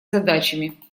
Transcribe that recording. задачами